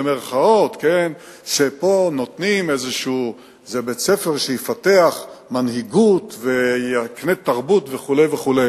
שזה בית-ספר שיפתח מנהיגות ויקנה תרבות וכו' וכו'.